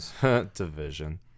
Division